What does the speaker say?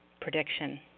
prediction